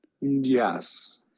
Yes